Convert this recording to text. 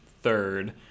third